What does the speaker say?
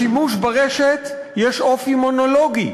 לשימוש ברשת יש אופן מונולוגי.